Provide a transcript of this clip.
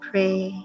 pray